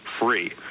free